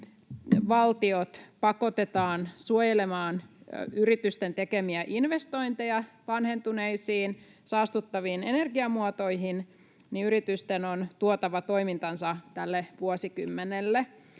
valtiot pakotetaan suojelemaan yritysten tekemiä investointeja vanhentuneisiin, saastuttaviin energiamuotoihin, yritysten on tuotava toimintansa tälle vuosikymmenelle,